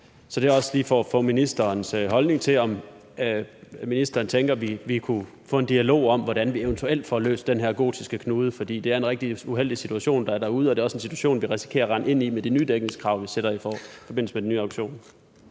Så det er også lige for at få ministerens holdning til, om ministeren tænker, at vi kunne få en dialog om, hvordan vi eventuelt får løst den her gordiske knude, for det er en rigtig uheldig situation, der er derude, og det er også en situation, vi risikerer at rende ind i med de nye dækningskrav, vi sætter i forbindelse med den nye auktion.